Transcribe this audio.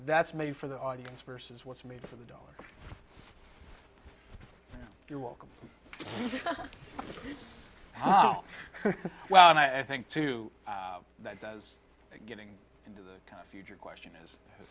that's made for the audience versus what's made for the dollars you're welcome oh well and i think too that does getting into the future question is who